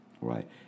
right